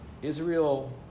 Israel